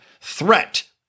threat